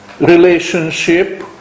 relationship